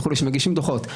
שמגישים דו"חות,